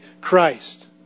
Christ